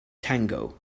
tango